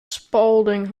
spaulding